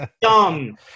dumb